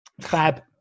Fab